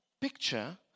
picture